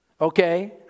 Okay